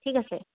ঠিক আছে